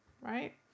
right